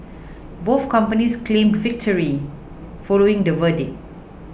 both companies claimed victory following the verdict